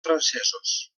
francesos